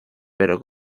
pero